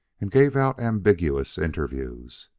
and gave out ambiguous interviews.